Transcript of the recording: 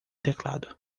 teclado